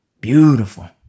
Beautiful